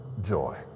joy